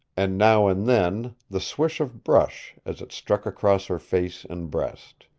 and now and then the swish of brush as it struck across her face and breast.